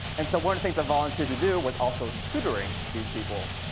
and so one of the things i volunteered to do was also tutoring these people.